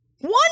One